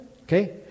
okay